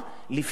לפי דעתי,